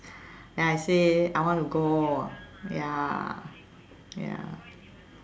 then I say I want to go ya ya